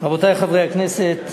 רבותי חברי הכנסת,